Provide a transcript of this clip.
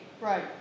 Right